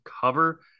cover